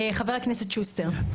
חבר הכנסת שוסטר.